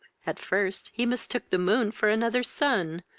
at first he mistook the moon for another sun,